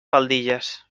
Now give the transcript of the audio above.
faldilles